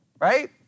Right